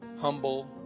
humble